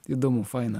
įdomu faina